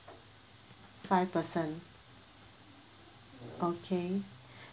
five person okay